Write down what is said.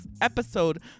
episode